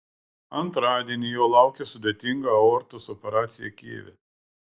antradienį jo laukė sudėtinga aortos operacija kijeve